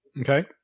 Okay